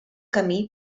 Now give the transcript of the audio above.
camí